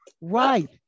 Right